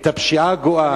את הפשיעה הגואה,